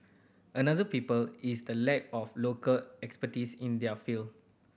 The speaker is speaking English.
another people is the lack of local expertise in there field